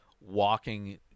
walking